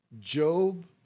Job